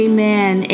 Amen